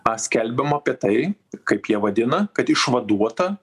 a skelbiama apie tai kaip jie vadina kad išvaduota